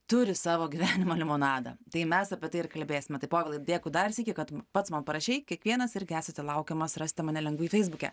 turi savo gyvenimą limonadą tai mes apie tai ir kalbėsime tai povilai dėkui dar sykį kad pats man parašei kiekvienas irgi esate laukiamas rasite mane lengvai feisbuke